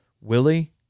Willie